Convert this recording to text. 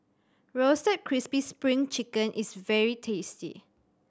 Roasted Crispy Spring Chicken is very tasty